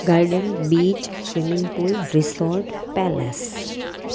garden beach swimming pool resort palace